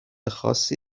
خاصی